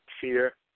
fear